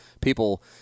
People